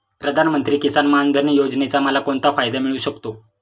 प्रधानमंत्री किसान मान धन योजनेचा मला कोणता फायदा मिळू शकतो?